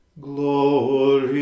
Glory